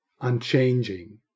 unchanging